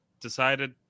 decided